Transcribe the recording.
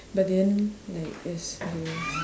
but then like as I